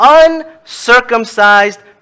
uncircumcised